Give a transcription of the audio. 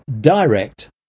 direct